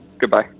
Goodbye